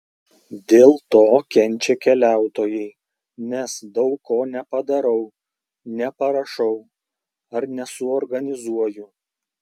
dėl to kenčia keliautojai nes daug ko nepadarau neparašau ar nesuorganizuoju